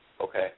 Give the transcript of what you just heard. Okay